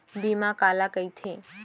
बीमा काला कइथे?